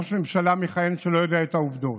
ראש ממשלה מכהן לא יודע את העובדות